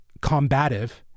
combative